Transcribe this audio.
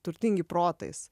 turtingi protais